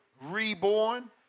reborn